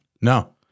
No